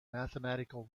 mathematical